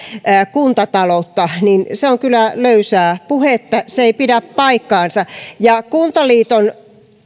kuntataloutta se on kyllä löysää puhetta se ei pidä paikkaansa kuntaliiton